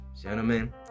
Gentlemen